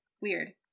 weird